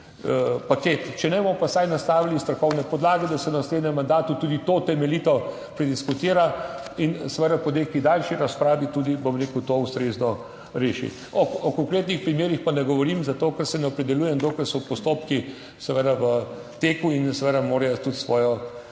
Če ne, bomo pa vsaj nastavili strokovne podlage, da se v naslednjem mandatu tudi to temeljito prediskutira. In seveda po neki daljši razpravi tudi, bom rekel, to ustrezno reši. O konkretnih primerih pa ne govorim zato, ker se ne opredeljujem dokler so postopki seveda v teku in seveda morajo tudi svoje